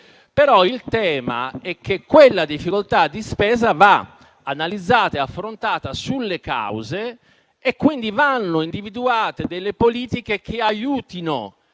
tema però è che quella difficoltà di spesa va analizzata e affrontata sulle cause e quindi vanno individuate delle politiche che aiutino